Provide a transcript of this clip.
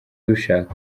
ubishaka